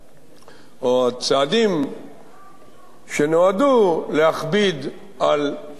או הצעדים שנועדו להכביד על מועמדים